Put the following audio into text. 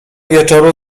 wieczoru